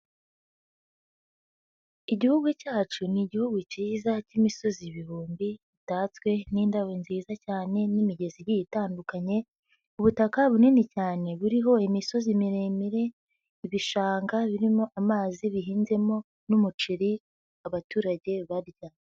Igihugu cyacu ni Igihugu cyiza cy'imisozi ibihumbi bitatswe n'indabyo nziza cyane n'imigezi igiye itandukanye, ubutaka bunini cyane buriho imisozi miremire, ibishanga birimo amazi bihinzemo n'umuceri abaturage barya.